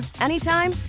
anytime